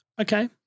okay